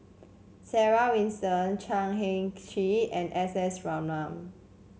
Sarah Winstedt Chan Heng Chee and S S Ratnam